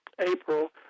April